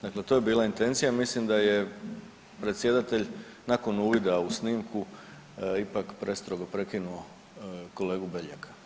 Dakle, to je bila intencija i mislim da je predsjedatelj nakon uvida u snimku ipak prestrogo prekinuo kolegu Beljaka.